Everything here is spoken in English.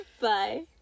bye